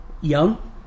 young